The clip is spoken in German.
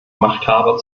machthaber